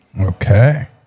Okay